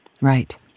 Right